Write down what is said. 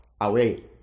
away